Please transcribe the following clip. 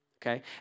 Okay